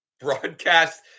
broadcast